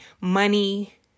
money